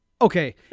okay